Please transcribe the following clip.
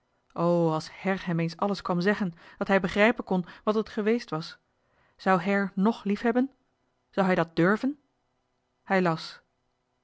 her hem eens alles kwam zeggen dat hij begrijpen kon wat het geweest was zou her ng liefhebben zou hij dat durven hij las